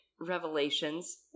revelations